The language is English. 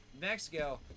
Mexico